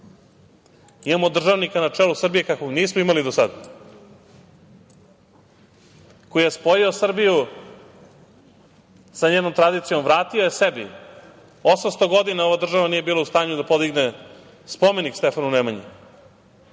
imamo državnika na čelu Srbije kakvog nismo imali do sada, koji je spojio Srbiju sa njenom tradicijom, vratio je sebi. Osamsto godina ova država nije bila u stanju da podigne spomenik Stefanu Nemanji,